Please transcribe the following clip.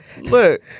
look